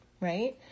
right